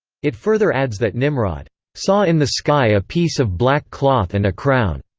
it further adds that nimrod saw in the sky a piece of black cloth and a crown.